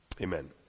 Amen